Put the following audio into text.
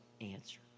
answer